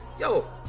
yo